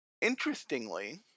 Interestingly